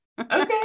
Okay